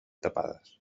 tapades